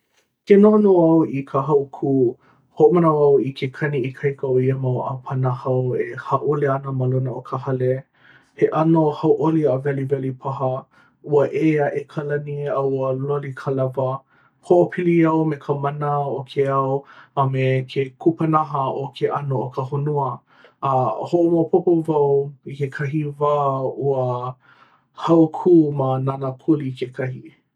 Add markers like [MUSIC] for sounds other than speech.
[NOISE] Ke noʻonoʻo au i ka hau ku hoʻomanaʻo au i ke kani ikaika o ia mau ʻāpana hau e hāʻule ana ma luna o ka hale. He ʻano hauʻoli a weliweli paha ua ʻē aʻe ka lani a ua loli ka lewa. Hoʻopili au me ka mana o ke ao a me ke kupanaha o ke ʻano o ka honua a hoʻomaopopo wau i kekahi wā ua hau ku ma Nānākuli kekahi.